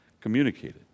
communicated